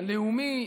הלאומי,